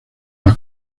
las